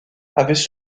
avaient